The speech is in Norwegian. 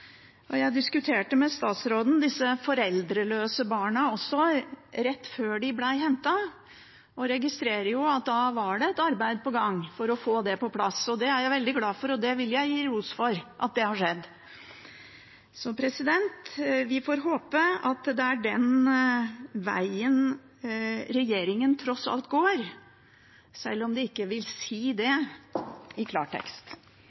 med. Jeg diskuterte med statsråden de foreldreløse barna rett før de ble hentet, og registrerer at da var det et arbeid på gang for å få det på plass. Det er jeg veldig glad for, og jeg vil gi ros for at det har skjedd. Vi får håpe at det er den veien regjeringen tross alt går, sjøl om de ikke vil si det